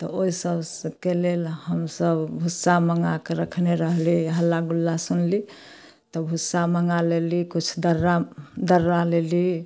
तऽ ओहिसबके लेल हमसभ भुस्सा मँगाके रखने रहली हल्ला गुल्ला सुनली तऽ भुस्सा मँगा लेली किछु दर्रा दर्रा लेली